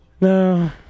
No